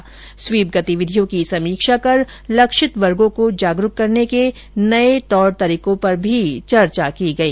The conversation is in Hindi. वहीं स्वीप गतिविधियों की समीक्षा कर लक्षित वर्गो को जागरूक करने के नये तरीकों पर भी चर्चा की गई